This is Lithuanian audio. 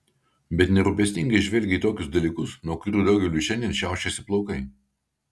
bet nerūpestingai žvelgė į tokius dalykus nuo kurių daugeliui šiandien šiaušiasi plaukai